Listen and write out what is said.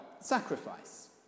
sacrifice